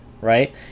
right